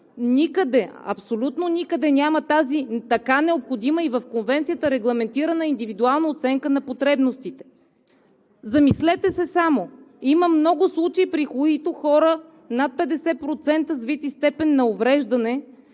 никъде, абсолютно никъде я няма тази така необходима и в Конвенцията регламентирана индивидуална оценка на потребностите. Замислете се само – има много случаи, при които хора с вид и степен на увреждане